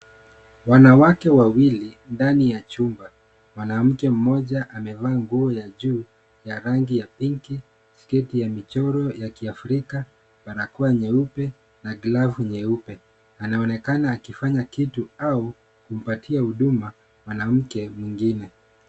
Wanawake wawili ndani ya chumba. Mwanamke mmoja amevaa nguo ya juu ya rangi ya pinki, sketi ya michoro ya kiafrika, barakoa nyeupe na glovu nyeupe. Anaonekana akifanya kitu au kumpatia huduma mwanamke mwingine.